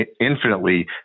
infinitely